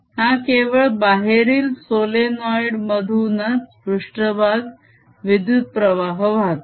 हा केवळ बाहेरील सोलेनोइड मधूनच पृष्ट्भाग विद्युत प्रवाह वाहतो